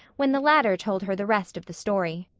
when the latter told her the rest of the story.